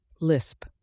Lisp